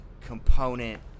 component